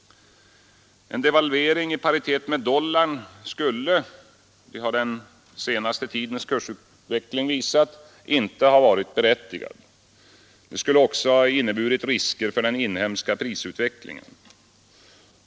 En devalvering i paritet med dollarn skulle, det har den senaste tidens kursutveckling visat, inte ha varit berättigad. Den skulle också inneburit risker för den inhemska prisutvecklingen.